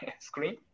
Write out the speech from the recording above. screen